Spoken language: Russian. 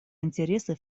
интересы